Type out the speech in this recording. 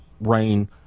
rain